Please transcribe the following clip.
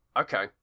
Okay